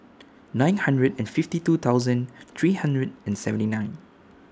nine hundred and fifty two thousand three hundred and seventy nine